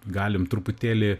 galim truputėlį